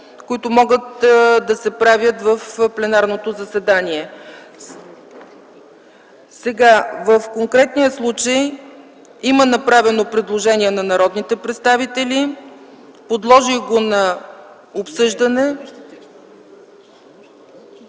които могат да се правят в пленарното заседание. В конкретния случай има направено предложение на народните представители, подложих го на обсъждане...